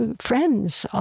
and friends, ah